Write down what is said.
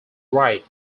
right